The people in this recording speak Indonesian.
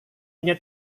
punya